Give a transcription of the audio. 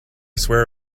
swear